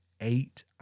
eight